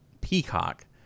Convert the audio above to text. Peacock